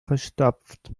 verstopft